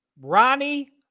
Ronnie